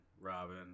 Robin